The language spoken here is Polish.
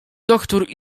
doktór